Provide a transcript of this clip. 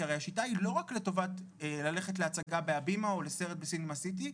כי הרי השיטה היא לא רק לטובת ללכת להצגה בהבימה או לסרט בסינמה סיטי,